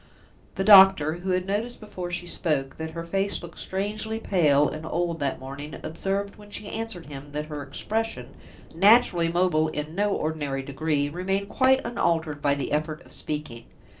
the doctor, who had noticed before she spoke that her face looked strangely pale and old that morning, observed, when she answered him, that her expression naturally mobile in no ordinary degree remained quite unaltered by the effort of speaking.